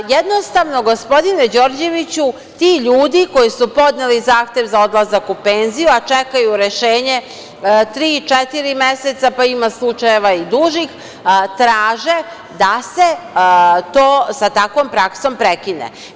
Jednostavno gospodine Đorđeviću, ti ljudi koji su podneli zahtev za odlazak u penziju, a čekaju rešenje tri, četiri meseca, a ima slučajeva i duže, traže da se sa takvom praksom prekine.